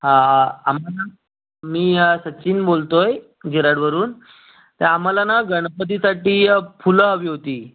हां आम्हाला मी सचिन बोलतो आहे गिराडवरून तर आम्हाला ना गणपतीसाठी फुलं हवी होती